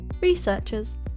researchers